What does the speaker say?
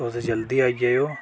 तुस जल्दी आई जाएओ